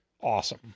awesome